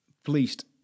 fleeced